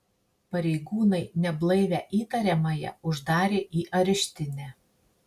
pareigūnai neblaivią įtariamąją uždarė į areštinę